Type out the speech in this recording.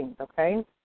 okay